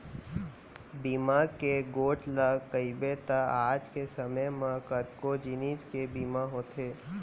बीमा के गोठ ल कइबे त आज के समे म कतको जिनिस के बीमा होथे